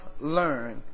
learn